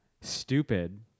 stupid